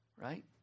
Right